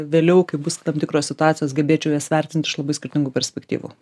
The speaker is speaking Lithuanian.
vėliau kai bus tam tikros situacijos gebėčiau jas vertint iš labai skirtingų perspektyvų